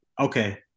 Okay